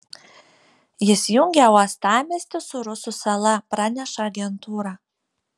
jis jungia uostamiestį su rusų sala praneša agentūra